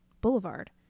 Boulevard